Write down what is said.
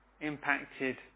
impacted